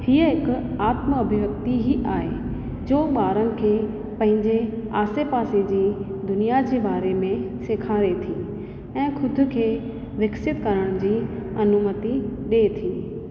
हीअ हिकु आत्म अभिव्यक्ति ई आहे जो ॿारनि खे पंहिंजे आसे पासे जी दुनिया जे बारे में सिखारे थी ऐं ख़ुदि खे विकसित करण जी अनुमती ॾिए थी